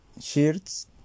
shirts